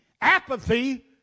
Apathy